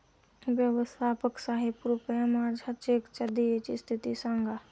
व्यवस्थापक साहेब कृपया माझ्या चेकच्या देयची स्थिती सांगा